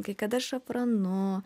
kai kada šafranu